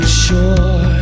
sure